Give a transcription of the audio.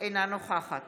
אינה נוכחת